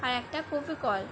আর একটা কপিকল